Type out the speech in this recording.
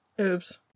Oops